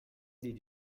did